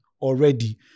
already